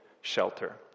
shelter